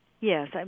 Yes